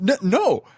no